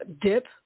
dip